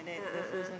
ah ah ah